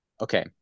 okay